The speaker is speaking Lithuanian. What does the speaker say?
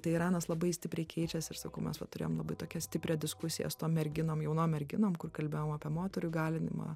tai iranas labai stipriai keičiasi ir sakau mes va turėjom labai tokią stiprią diskusiją su tom merginom jaunom merginom kur kalbėjom apie moterų įgalinimą